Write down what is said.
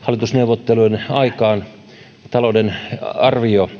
hallitusneuvotteluiden aikaan talouden arvio